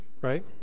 right